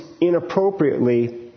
inappropriately